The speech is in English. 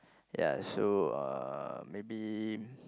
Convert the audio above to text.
ya so uh maybe